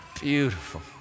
Beautiful